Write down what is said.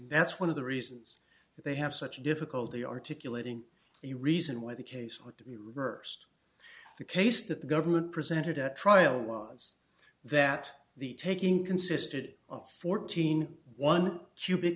that's one of the reasons they have such difficulty articulating the reason why the case would be reversed the case that the government presented at trial was that the taking consisted of fourteen one cu